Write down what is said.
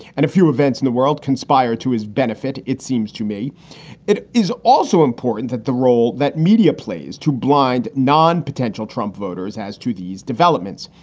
and a few events in the world conspired to his benefit. it seems to me it is also important that the role that media plays to blind non potential trump voters. as to these developments,